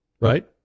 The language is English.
right